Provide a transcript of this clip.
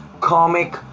comic